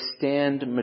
stand